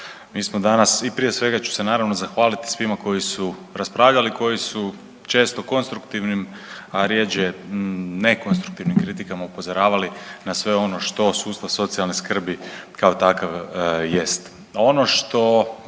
Mi smo danas, i prije svega ću se naravno zahvaliti svima koji su raspravljali, koji su često konstruktivnim, a rjeđe ne konstruktivnim kritikama upozoravali na sve ono što sustav socijalne skrbi kao takav jest.